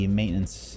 maintenance